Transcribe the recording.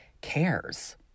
cares